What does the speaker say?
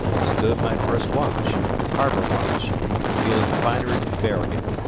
stood my first watch harbor-watch feelin' finer'n farragut.